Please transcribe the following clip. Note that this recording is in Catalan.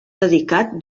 dedicat